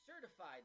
certified